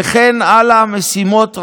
וכן הלאה, משימות רבות.